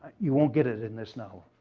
you won't get it in this novel.